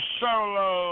solo